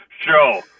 show